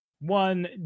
one